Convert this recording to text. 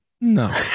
no